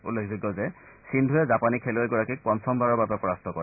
উল্লেখযোগ্য যে সিন্ধুৰে জাপানী খেলুৱৈগৰাকীক পঞ্ণমবাৰৰ বাবে পৰাস্ত কৰে